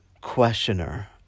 questioner